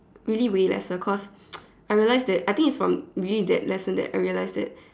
really way lesser cause I realized that I think it's from really that lesson that I realized that